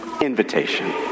invitation